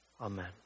Amen